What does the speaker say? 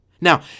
Now